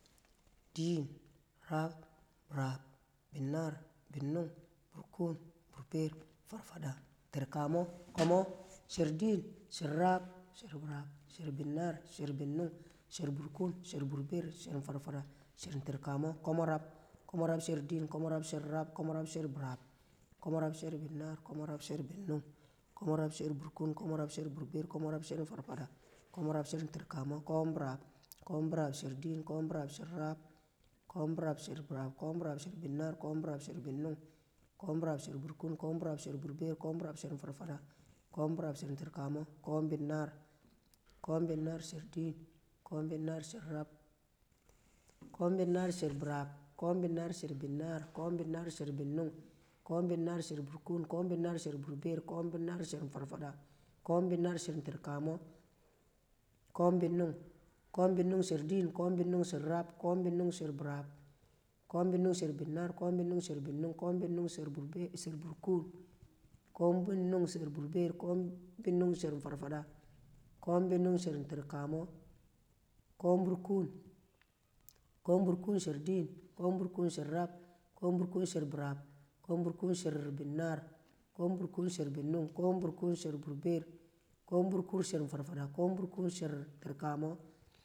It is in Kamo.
Diin, rab, birab binnaar binnung burkuun, burbeer, farfada, tirkamo komo, sher din, she rab, sher, birab, sher binnaar, sher binnung, sher burkuun, sherburbeer sher farfada sher tirkame komorab komo rab sher din, komo rabshe rab, komorab sher birab, komorabsher binnaar komorabsher binnung, komorabsher burkuun komo rabsher burbeer, komorabsher farfada, komorabsher tirkamo ko̱mbirab, ko̱mbirabsherdi ko̱mbirabsherab, ko̱mbirabsherbirab kom biralsherbinar, ko̱mbirabsher binnung, ko̱mbirabsherburkun ko̱mbirab sherburber, ko̱mbirab sher farfada, ko̱mbirab shertirkamo ko̱m binar, ko̱mbinnarsherdir ko̱mbinnarsherab, ko̱mbinnarsherbirab ko̱mbinar sherbinnung, ko̱mbinarsher burkun, ko̱mbinarsher burber, kombinar sher fafada, ko̱mbinarsher tirkamo ko̱mbinnung, ko̱mbinnung shardin ko̱mbinnurgsherrab, ko̱mbinnung sherbirab, ko̱mbinnung sherbinnar ko̱mbinnung sherbinnung, ko̱mbinnong sherburkun, ko̱mbinnung sher burber ko̱mbinnung sherfafada, kombinnung shertikamo, ko̱m burkun ko̱mburkusher din, ko̱mburkun sher rab, ko̱mburkunsher birab ko̱mburkunsher binnar, ko̱mburkum sherbinnung, ko̱mbinnung sherburkun ko̱mburbersher. burbeer, kombinnung sher fafada, kom burkunsher tirlamo.